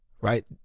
right